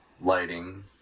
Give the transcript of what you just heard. lighting